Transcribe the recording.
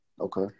Okay